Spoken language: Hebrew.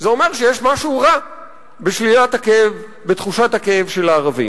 זה אומר שיש משהו רע בתחושת הכאב של הערבים.